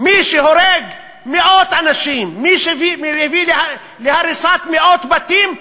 מי שהורג מאות אנשים, מי שמביא להריסת מאות בתים,